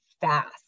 fast